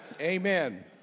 Amen